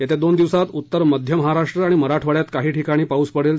येत्या दोन दिवसात उत्तर मध्य महाराष्ट्र आणि मराठवाडयात काही ठिकाणी पाऊस पडेल